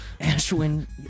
Ashwin